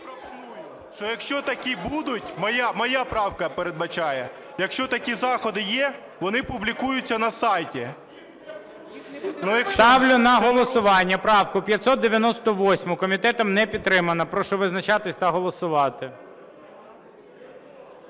я пропоную, що, якщо такі будуть, моя правка передбачає, якщо такі заходи є, вони публікуються на сайті. ГОЛОВУЮЧИЙ. Ставлю на голосування правку 598. Комітетом не підтримана. Прошу визначатись та голосувати.